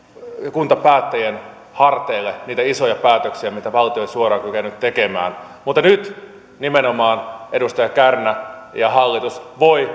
kuntapäättäjien harteille niitä isoja päätöksiä mitä valtio ei suoraan kyennyt tekemään mutta nyt nimenomaan edustaja kärnä ja hallitus